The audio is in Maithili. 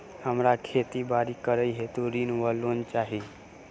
हमरा खेती बाड़ी करै हेतु ऋण वा लोन चाहि?